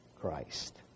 Christ